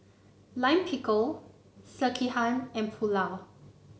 Lime Pickle Sekihan and Pulao